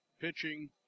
Pitching